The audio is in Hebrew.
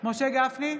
משה גפני,